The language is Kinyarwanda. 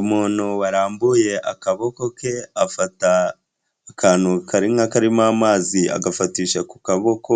Umuntu warambuye akaboko ke afata akantu kari nk'akarimo amazi agafatisha ku kaboko,